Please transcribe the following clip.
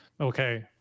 okay